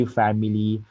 family